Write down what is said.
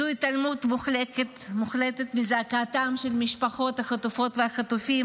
זוהי התעלמות מוחלטת מזעקתם של משפחות החטופות והחטופים,